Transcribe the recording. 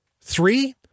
Three